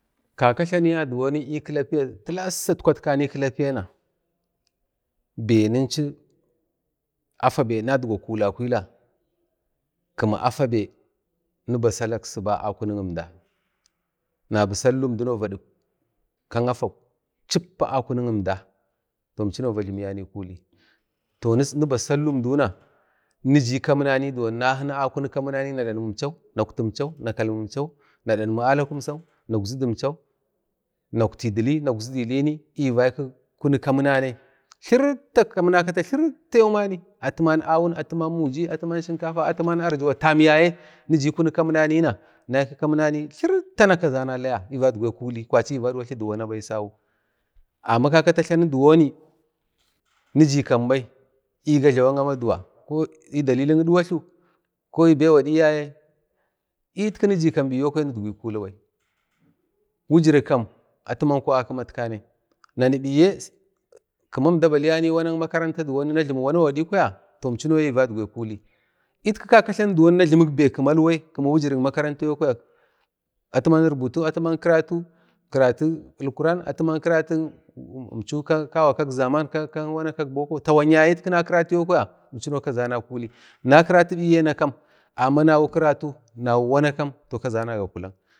Kaka tlaniyanai diwoni kilapiya tilassa kwatkani kilapiya na be nunchu afabe nadgwa kulakula kam afabe niba sallak subah akunik əmda nabi salilauum dau vadik kam gafau chippa akunik əmda atiyau afabe va jlimayane kuli niba sailunduna to niji kam za nakina akunik kaminana na jlamimchau na kalminchau nakzudunhau naukti dilai nakzudu lai ni vaiku kamina kata tlirta kamina kata tlrita yomani atiman awun atu man muji atuman shinkafa atuman Arjuwa tamman yaye niji kunu kaminanna naiku kuni kamina tlirta kazama taya ni vadgwe kulikwachi ni vadwatlu dk wana bai sawu amma kaka ta tlani duwoni niji kambai ni gajlawak amaduwa ko ə dalilik idwatl kobweu gad yaye nitku niji kam biyokwa nidgwi kulubai wujir kam atiyau akimatkanai nanu biye kima əmda baliya wanak makaranta na jlimu kwaya inkinauyi ni vadgwe kuli, niyin kau kaka tlanu za na jlimikwujirik kam bikwa wanak makaranta bikwa karatu Alkuran or or inchau kawa kak zaman karatuk boko niyitku na kiratuna inchinau kazama kuli karatubiyi na kam amma nawi wana kam kazana gakulak